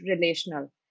relational